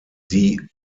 die